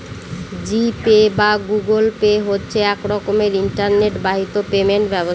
জি Pay বা Google Pay হচ্ছে এক রকমের ইন্টারনেট বাহিত পেমেন্ট ব্যবস্থা